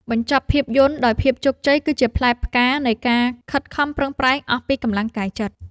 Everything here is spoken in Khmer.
បញ្ចប់ភាពយន្តដោយភាពជោគជ័យគឺជាផ្លែផ្កានៃការខិតខំប្រឹងប្រែងអស់ពីកម្លាំងកាយចិត្ត។